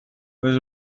was